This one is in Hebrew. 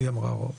היא אמרה רוב.